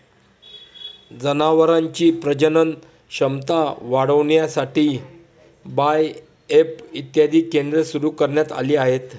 जनावरांची प्रजनन क्षमता वाढविण्यासाठी बाएफ इत्यादी केंद्रे सुरू करण्यात आली आहेत